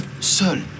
seul